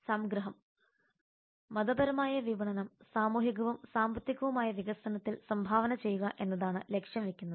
സംഗ്രഹം മതപരമായ വിപണനം സാമൂഹികവും സാമ്പത്തികവുമായ വികസനത്തിൽ സംഭാവന ചെയ്യുക എന്നതാണ് ലക്ഷ്യം വെക്കുന്നത്